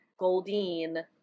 Goldine